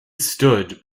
stood